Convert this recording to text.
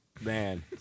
Man